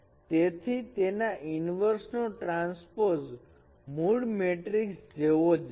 તેથી તેના ઇન્વર્ષ નો ટ્રાન્સપોઝ મૂળ મેટ્રિકસ જેવો જ છે